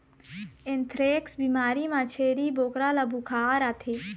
anthrax बिमारी म छेरी बोकरा ल बुखार आथे